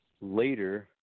later